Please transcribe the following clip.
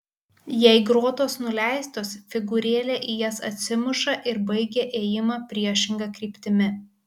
jei grotos nuleistos figūrėlė į jas atsimuša ir baigia ėjimą priešinga kryptimi